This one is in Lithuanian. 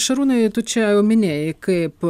šarūnai tu čia jau minėjai kaip